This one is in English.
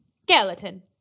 Skeleton